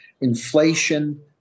Inflation